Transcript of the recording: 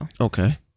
Okay